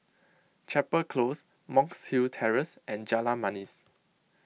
Chapel Close Monk's Hill Terrace and Jalan Manis